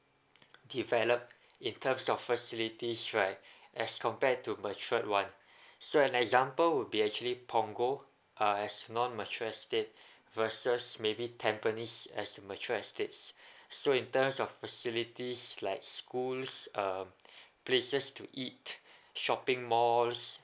develop in terms of facilities right as compared to matured one so an example would be actually punggol uh as non mature estate versus maybe tampines as mature estates so in terms of facilities like schools um places to eat shopping malls